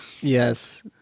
yes